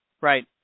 Right